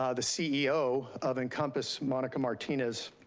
ah the ceo of encompass, monica martinez,